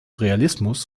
realismus